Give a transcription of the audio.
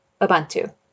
Ubuntu